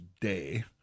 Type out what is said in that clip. day